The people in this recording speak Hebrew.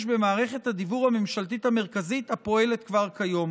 במערכת הדיוור הממשלתית המרכזית הפועלת כבר כיום,